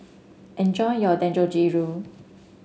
enjoy your Dangojiru